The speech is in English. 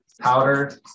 powder